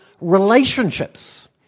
relationships